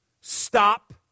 stop